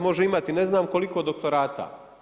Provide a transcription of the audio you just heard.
Može imati ne znam koliko doktorata.